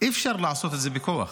לעשות את זה בכוח.